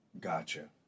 Gotcha